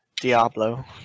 Diablo